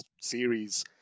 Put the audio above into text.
series